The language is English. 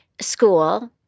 school